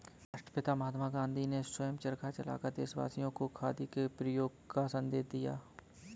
राष्ट्रपिता महात्मा गांधी ने स्वयं चरखा चलाकर देशवासियों को खादी के प्रयोग का संदेश दिया